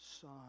Son